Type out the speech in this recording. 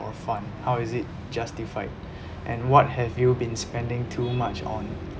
for fun how is it justified and what have you been spending too much on